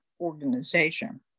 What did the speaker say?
organization